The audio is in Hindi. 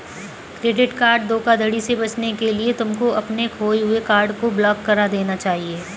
क्रेडिट कार्ड धोखाधड़ी से बचने के लिए तुमको अपने खोए हुए कार्ड को ब्लॉक करा देना चाहिए